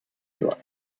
globe